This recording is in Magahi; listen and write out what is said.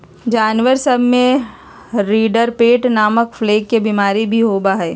जानवर सब में रिंडरपेस्ट नामक प्लेग के बिमारी भी होबा हई